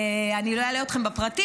אני לא אלאה אתכם בפרטים,